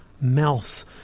mouse